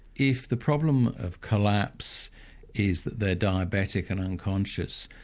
if the problem of collapse is that they're diabetic and unconscious,